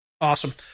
Awesome